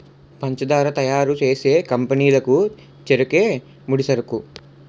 పంచదార తయారు చేసే కంపెనీ లకు చెరుకే ముడిసరుకు